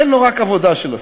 אין לו רק עבודה של שר.